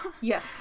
Yes